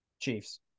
Chiefs